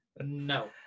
no